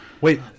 wait